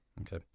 okay